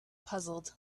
puzzled